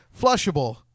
flushable